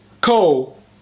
Cole